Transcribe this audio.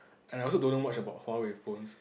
and I also don't know much about Huawei phones